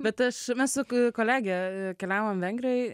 bet aš mes su kolege keliavom vengrijoj